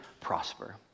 prosper